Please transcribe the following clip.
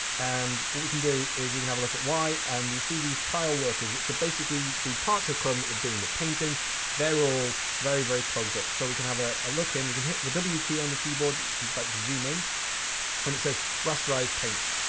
and what we can do is we can have a look at why. and you see these tile workers which basically the parts of chrome that are doing the painting they're all very, very clogged up. so we can have a ah look in. we can hit the w key on the keyboard which is like the zoom in and it says, rasterize paint.